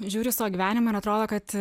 žiūriu į savo gyvenimą ir atrodo kad